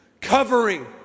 covering